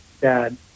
Dad